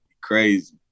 crazy